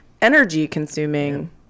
energy-consuming